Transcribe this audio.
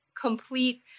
complete